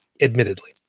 admittedly